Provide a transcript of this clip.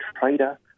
trader